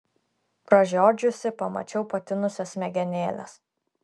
pražiodžiusi pamačiau patinusias smegenėles